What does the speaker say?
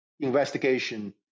investigation